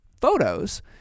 photos